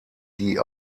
die